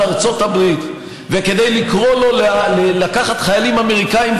ארצות הברית וכדי לקרוא לו לקחת חיילים אמריקנים,